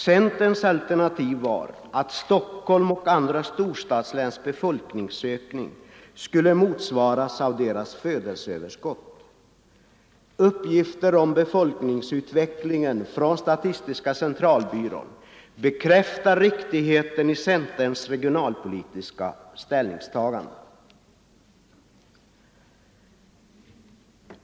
Centerns alternativ var att Stockholm och andra storstadsläns befolkningsökning skulle motsvaras av deras födelseöverskott. Uppgifter om befolkningsutvecklingen från statistiska centralbyrån bekräftar riktigheten i centerns regionalpolitiska ställningstagande.